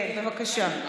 כן, בבקשה.